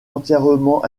entièrement